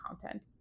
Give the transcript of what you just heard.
content